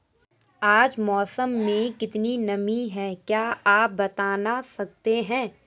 आज मौसम में कितनी नमी है क्या आप बताना सकते हैं?